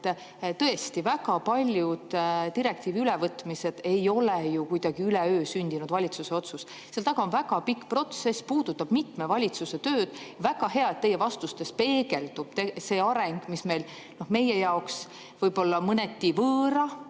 et tõesti, väga paljud direktiivide ülevõtmised ei ole ju kuidagi üleöö sündinud valitsuse otsused. Seal taga on väga pikk protsess, see puudutab mitme valitsuse tööd. Väga hea, et teie vastustes peegeldub see areng, mis meie jaoks võib-olla mõneti võõra